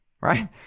right